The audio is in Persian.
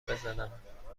بزنم